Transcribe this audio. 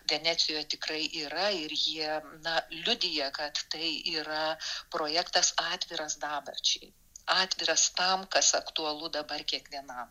venecijoje tikrai yra ir jie na liudija kad tai yra projektas atviras dabarčiai atviras tam kas aktualu dabar kiekvienam